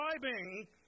describing